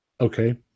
Okay